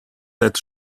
that